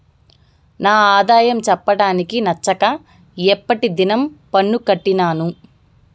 నా ఆదాయం చెప్పడానికి నచ్చక ఎప్పటి దినం పన్ను కట్టినాను